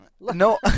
No